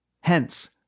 Hence